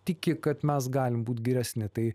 tiki kad mes galim būt geresni tai